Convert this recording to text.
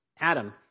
adam